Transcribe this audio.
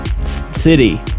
city